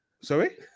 Sorry